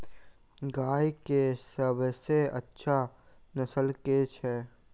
गाय केँ सबसँ अच्छा नस्ल केँ छैय?